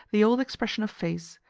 the old expression of face,